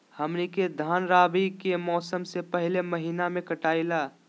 हमनी के धान रवि के मौसम के पहले महिनवा में कटाई ला